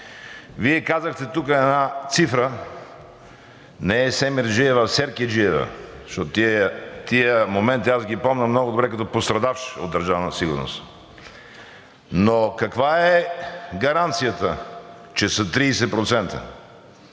Вие казахте тук една цифра – не е Семерджиева, а Серкеджиева, защото тези моменти аз ги помня много добре като пострадавш от Държавна сигурност, но каква е гаранцията, че са 30%?